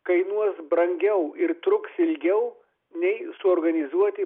kainuos brangiau ir truks ilgiau nei suorganizuoti